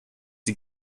die